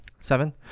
Seven